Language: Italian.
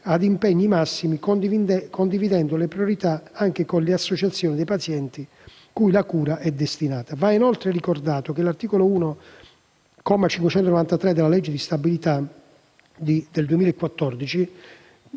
ed impegno massimi, condividendo le priorità anche con le associazioni dei pazienti cui la cura è destinata. Va inoltre ricordato che, con l'articolo 1, comma 593, della legge di stabilità per il 2014,